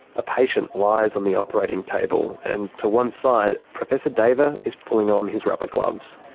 a patient lies on the operating table. and to one side, professor deva is pulling on his rubber gloves.